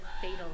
fatal